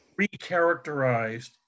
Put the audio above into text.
recharacterized